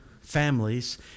families